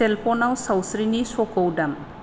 सेलफनाव सावस्रिनि स'खौ दाम